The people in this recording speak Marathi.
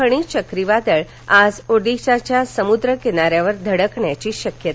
फणी चक्रीवादळ आज ओदिशाच्या समुद्रकिनाऱ्यावर धडकण्याची शक्यता